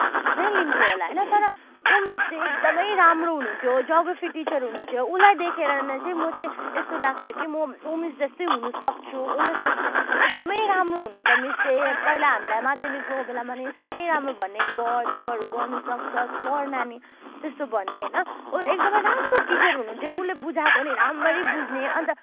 नै लिने थिएँ होला होइन तर ऊ मिस चाहिँ एकदमै राम्रो हुनुहुन्थ्यो जियोग्राफी टिचर हुनुहुन्थ्यो उसलाई देखेर नै चाहिँ म चाहिँ यस्तो लाग्छ कि म ऊ मिस जस्तै हुन सक्छु ऊ मिस जस्तो एकदमै राम्रो हुनुहुन्छ मिस चाहिँ पहिला हामीलाई माध्यमिकको बेलामा पनि साह्रै राम्रो भन्ने गर तिमीहरू गर्न सक्छ पढ नानी त्यस्तो भन्ने होइन ऊ एकदमै राम्रो टिचर हुनुहुन्थ्यो उसले बुझाएको पनि राम्ररी बुझ्ने अन्त